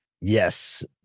Yes